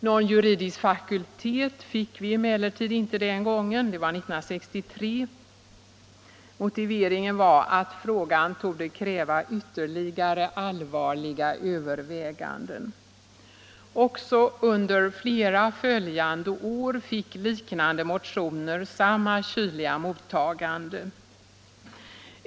Någon juridisk fakultet fick vi emellertid inte den gången — det var 1963 — och motiveringen var att frågan ”torde kräva ytterligare allvarliga överväganden”. Också under flera följande år fick liknande motioner samma kyliga mottagande.